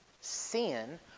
sin